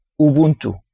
Ubuntu